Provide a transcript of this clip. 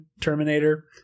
Terminator –